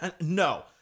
No